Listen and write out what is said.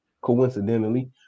coincidentally